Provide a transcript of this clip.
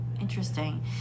Interesting